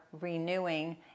renewing